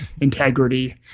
integrity